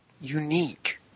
unique